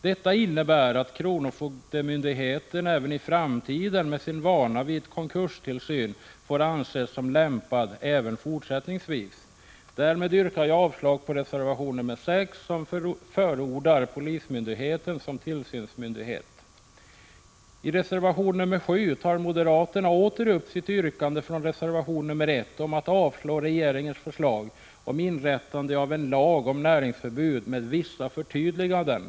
Detta innebär att kronofogdemyndigheten också i framtiden, med sin vana vid konkurstillsyn, får anses vara den lämpliga myndigheten härvidlag. Därmed yrkar jag avslag på reservation nr 6 som förordar polismyndigheten som tillsynsmyndighet. I reservation nr 7 tar moderaterna åter upp sitt yrkande från reservation nr 1 om att avslå regeringens förslag om införande av en lag om näringsförbud med vissa förtydliganden.